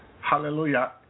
hallelujah